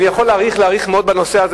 אני יכול להאריך מאוד בנושא הזה.